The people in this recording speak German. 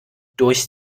durch